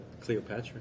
Cleopatra